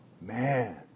man